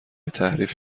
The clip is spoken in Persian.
تحریف